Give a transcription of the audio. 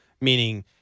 meaning –